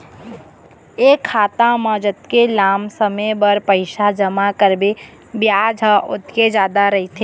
ए खाता म जतके लाम समे बर पइसा जमा करबे बियाज ह ओतके जादा रहिथे